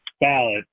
ballot